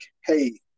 hey